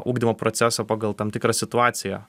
ugdymo procesą pagal tam tikrą situaciją